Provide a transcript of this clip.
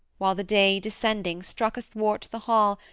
while the day, descending, struck athwart the hall,